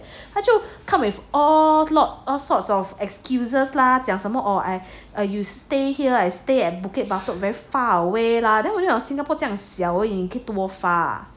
他就 come with all lot all sorts of excuses lah 讲什么 or I you stay here I stay at bukit batok very far away lah then our singapore 这样小而已你可以 stay 多 far